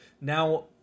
Now